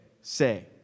say